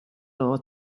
law